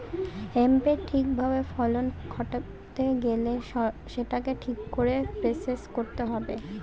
হেম্পের ঠিক ভাবে ফলন ঘটাতে গেলে সেটাকে ঠিক করে প্রসেস করতে হবে